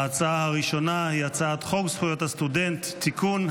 ההצעה הראשונה היא הצעת חוק זכויות הסטודנט (תיקון,